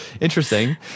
interesting